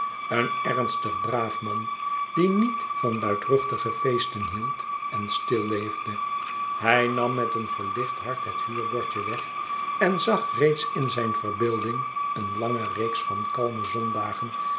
een ernstig braaf man die niet van luidruchtige feesten hield en stil leefde hij nam met een verlicht hart het huurbordje weg en zag reeds in zijn verbeelding een lange reeks van kalme zondagen